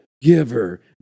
giver